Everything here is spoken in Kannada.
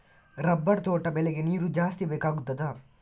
ರಬ್ಬರ್ ತೋಟ ಬೆಳೆಗೆ ನೀರು ಜಾಸ್ತಿ ಬೇಕಾಗುತ್ತದಾ?